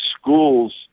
schools